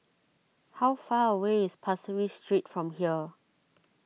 how far away is Pasir Ris Street from here